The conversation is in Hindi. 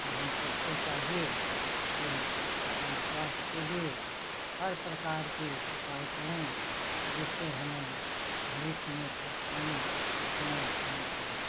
तो हम सबको चाहिए कि स्वास्थ्य के लिए हर प्रकार के उपाय करें जिससे हमें भविष्य में परेशानी न उठानी पड़े